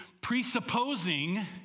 presupposing